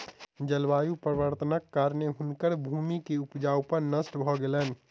जलवायु परिवर्तनक कारणेँ हुनकर भूमि के उपजाऊपन नष्ट भ गेलैन